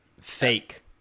Fake